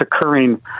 occurring